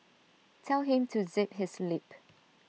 tell him to zip his lip